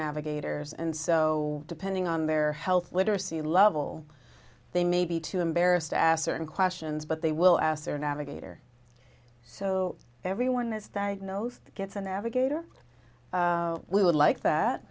navigators and so depending on their health literacy level they may be too embarrassed to ascertain questions but they will ask their navigator so everyone this diagnosed gets a navigator we would like